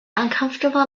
uncomfortable